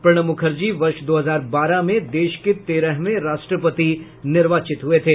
प्रणब मुखर्जी वर्ष दो हजार बारह में देश के तेरहवें राष्ट्रपति निर्वाचित हुए थे